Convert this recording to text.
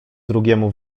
drugiemu